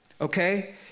Okay